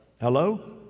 Hello